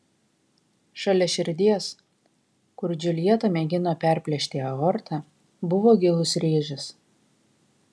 šalia širdies kur džiuljeta mėgino perplėšti aortą buvo gilus rėžis